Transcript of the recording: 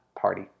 party